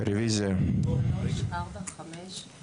6. מי נמנע?